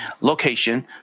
location